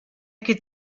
could